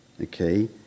okay